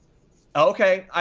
okay,